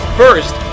first